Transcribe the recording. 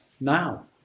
now